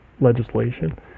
legislation